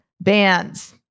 bands